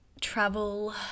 travel